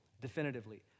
definitively